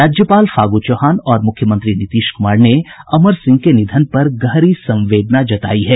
राज्यपाल फागू चौहान और मुख्यमंत्री नीतीश कुमार ने अमर सिंह के निधन पर गहरी संवेदना जतायी है